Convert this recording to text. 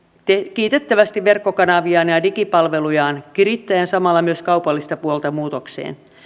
kiitettävästi verkkokanaviaan ja ja digipalvelujaan kirittäen samalla myös kaupallista puolta muutokseen